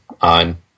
on